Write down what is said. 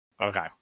Okay